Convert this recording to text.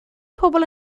pobl